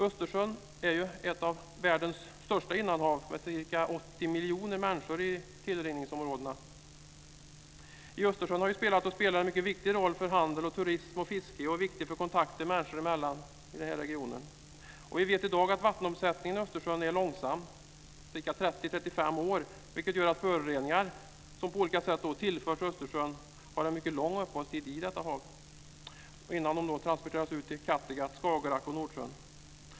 Östersjön är ett av världens största innanhav, med ca 80 miljoner människor i tillrinningsområdena. Östersjön har spelat och spelar en mycket viktig roll för handel, turism och fiske och är viktig för kontakter människor emellan i regionen. Vi vet i dag att vattenomsättningen i Östersjön är långsam, 30-35 år, vilket gör att föroreningar som på olika sätt tillförs Östersjön har en mycket lång uppehållstid i detta hav innan de transporteras ut i Kattegatt, Skagerrak och Nordsjön.